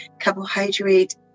carbohydrate